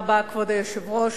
כבוד היושב-ראש,